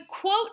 quote